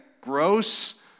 gross